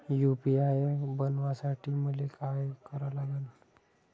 UPI बनवासाठी मले काय करा लागन?